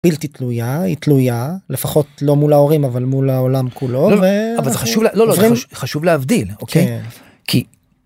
בלתי תלויה, היא תלויה, לפחות לא מול ההורים אבל מול העולם כולו ואנחנו צריכים... אבל זה חשוב להבדיל אוקיי? כי